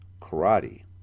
karate